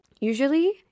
usually